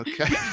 Okay